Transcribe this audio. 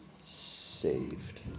saved